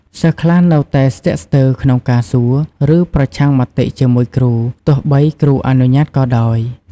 សិស្សខ្លះនៅតែស្ទាក់ស្ទើរក្នុងការសួរ ឬប្រឆាំងមតិជាមួយគ្រូ ទោះបីគ្រូអនុញ្ញាតិក៏ដោយ។